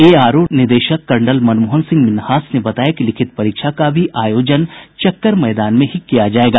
ARO निदेशक colonel Manmohan Singh Minhas ने बताया कि लिखित परीक्षा का भी आयोजन चक्कर मैदान में ही किया जायेगा